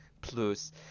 plus